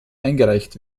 eingereicht